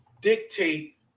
dictate